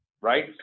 right